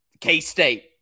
K-State